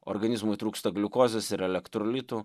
organizmui trūksta gliukozės ir elektrolitų